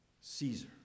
Caesar